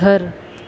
گھر